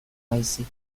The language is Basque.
baizik